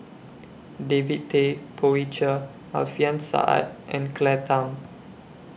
David Tay Poey Cher Alfian Sa'at and Claire Tham